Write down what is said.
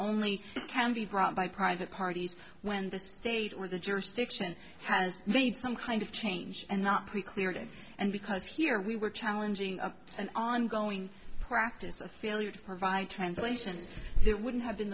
only can be brought by private parties when the state or the jurisdiction has made some kind of change and not pre cleared and because here we were challenging an ongoing practice a failure to provide translations there wouldn't have been